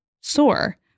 sore